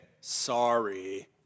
sorry